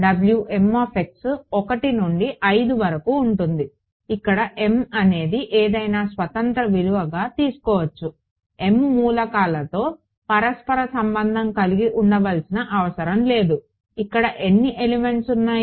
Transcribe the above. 1 నుండి 5 వరకు ఉంటుంది ఇక్కడ m అనేది ఏదైనా స్వతంత్ర విలువగా తీసుకోవచ్చు m మూలకాలతో పరస్పర సంబంధం కలిగి ఉండవలసిన అవసరం లేదు ఇక్కడ ఎన్ని ఎలిమెంట్స్ ఉన్నాయి